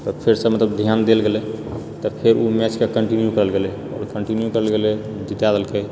फिरसे मतलब ध्यान देल गेलैए तऽ फेर ओ मैचके कन्टिन्यू करल गेलेै आओर कन्टिन्यू करल गेलै जिता देलकेै